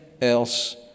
else